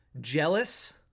jealous